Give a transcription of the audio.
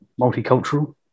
multicultural